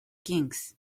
kings